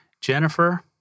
Jennifer